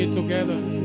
together